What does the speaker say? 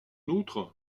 outre